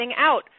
out